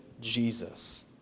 Jesus